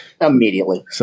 Immediately